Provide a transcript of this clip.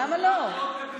למה לא?